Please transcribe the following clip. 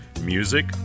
music